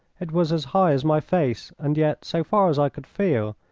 it was as high as my face, and yet, so far as i could feel,